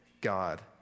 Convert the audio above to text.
God